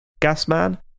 Gasman